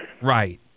Right